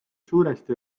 suuresti